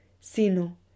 sino